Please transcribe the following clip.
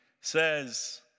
says